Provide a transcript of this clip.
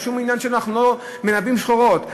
אין לנו שום עניין, אנחנו לא מנבאים שחורות.